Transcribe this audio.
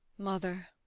mother,